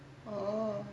orh